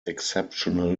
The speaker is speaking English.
exceptional